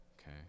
Okay